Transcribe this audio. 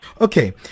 Okay